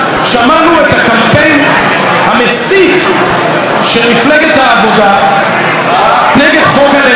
שמענו את הקמפיין המסית של מפלגת העבודה נגד חוק הלאום.